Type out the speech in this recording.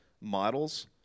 models